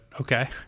okay